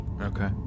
okay